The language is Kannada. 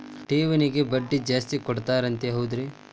ಠೇವಣಿಗ ಬಡ್ಡಿ ಜಾಸ್ತಿ ಕೊಡ್ತಾರಂತ ಹೌದ್ರಿ?